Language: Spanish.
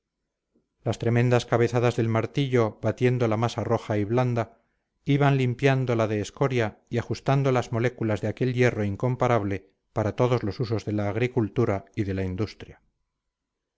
las tremendas cabezadas del martillo batiendo la masa roja y blanda iban limpiándola de escoria y ajustando las moléculas de aquel hierro incomparable para todos los usos de la agricultura y de la industria